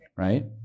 Right